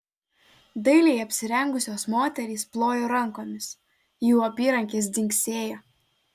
dailiai apsirengusios moterys plojo rankomis jų apyrankės dzingsėjo